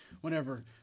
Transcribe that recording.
Whenever